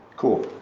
cool.